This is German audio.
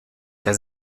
der